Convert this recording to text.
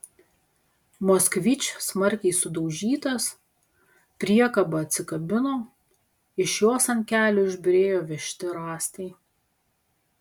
moskvič smarkiai sudaužytas priekaba atsikabino iš jos ant kelio išbyrėjo vežti rąstai